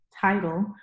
title